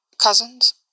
cousins